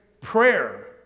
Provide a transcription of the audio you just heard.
prayer